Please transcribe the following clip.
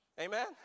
Amen